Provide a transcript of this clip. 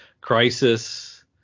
crisis